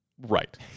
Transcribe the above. Right